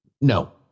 No